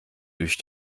durch